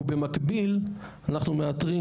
ובמקביל אנחנו מאתרים